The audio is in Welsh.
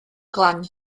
glan